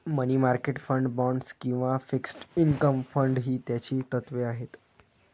मनी market fund, bonds किंवा fixed income fund ही त्याची तत्त्वे आहेत